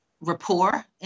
rapport